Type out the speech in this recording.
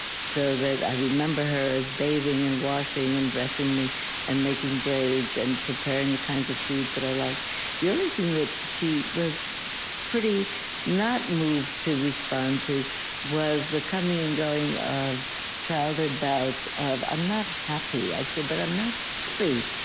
so that i remember her as bathing and washing and dressing me and making braids and preparing the kinds of foods that i liked like the only thing that she was pretty not moved to respond to was the coming and going of childhood bouts of i'm not happy. i'd say, but i'm not happy.